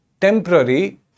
temporary